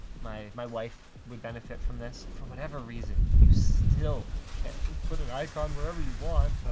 my my wife would benefit from this. for whatever reason, you still can't just put an icon wherever you want.